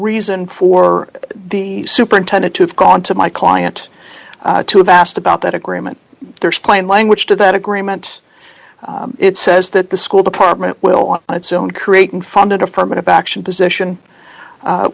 reason for the superintendent to have gone to my client to have asked about that agreement there's plain language to that agreement it says that the school department will on its own create unfunded affirmative action position